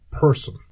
person